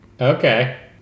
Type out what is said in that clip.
Okay